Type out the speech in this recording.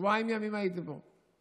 שבועיים ימים הייתי פה.